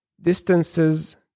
distances